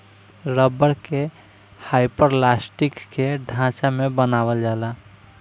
rubber के hyperelastic के ढांचा में बनावल जाला